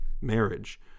marriage